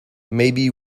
maybe